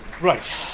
Right